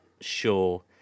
sure